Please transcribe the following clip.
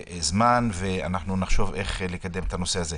זמן ונחשוב איך לקדם את הנושא הזה.